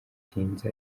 gutinza